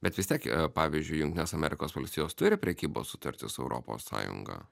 bet vis tiek pavyzdžiui jungtinės amerikos valstijos turi prekybos sutartį su europos sąjunga